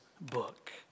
book